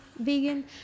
vegan